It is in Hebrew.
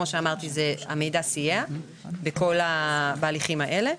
המידע סייע בהליכים האלה.